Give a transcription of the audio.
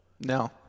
No